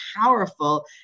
powerful